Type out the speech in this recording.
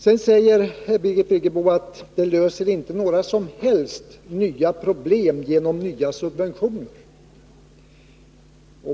Sedan säger Birgit Friggebo att man inte löser några som helst nya problem genom nya subventioner.